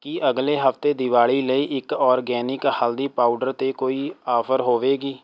ਕੀ ਅਗਲੇ ਹਫਤੇ ਦੀਵਾਲੀ ਲਈ ਇੱਕ ਔਰਗੈਨਿਕ ਹਲਦੀ ਪਾਊਡਰ 'ਤੇ ਕੋਈ ਆਫ਼ਰ ਹੋਵੇਗੀ